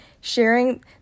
sharing